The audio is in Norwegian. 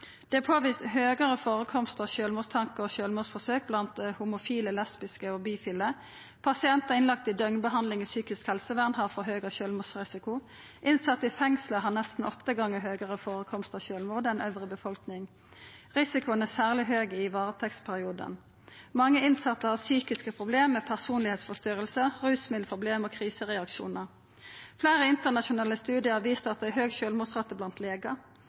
Det er påvist høgare førekomst av sjølvmordstankar og sjølvmordsforsøk blant homofile, lesbiske og bifile. Pasientar innlagde til døgnbehandling i psykisk helsevern, har forhøgd sjølvmordsrisiko. Innsette i fengsel har nesten åtte gonger høgare førekomst av sjølvmord enn befolkninga elles. Risikoen er særleg høg i varetektsperioden. Mange innsette har psykiske problem, som personlegdomsforstyrring, rusmiddelproblem og krisereaksjonar. Fleire internasjonale studiar har vist at det er høg sjølvmordsrate blant legar.